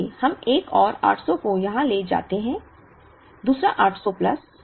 इसलिए हम एक और 800 को यहां ले जाते हैं दूसरा 800 प्लस